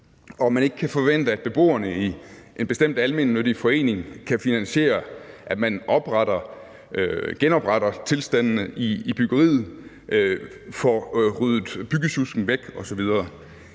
og man ikke kan forvente, at beboerne i en bestemt almennyttig forening kan finansiere, at man genopretter tilstandene i byggeriet, får ryddet byggesjusket væk osv.